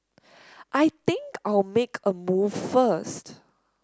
I think I'll make a move first